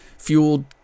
fueled